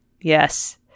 yes